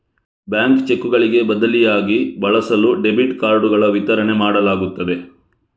bank ಚೆಕ್ಕುಗಳಿಗೆ ಬದಲಿಯಾಗಿ ಬಳಸಲು ಡೆಬಿಟ್ ಕಾರ್ಡುಗಳ ವಿತರಣೆ ಮಾಡಲಾಗುತ್ತದೆ